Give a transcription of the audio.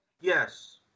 Yes